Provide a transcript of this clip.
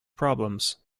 problems